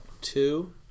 Two